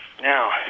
Now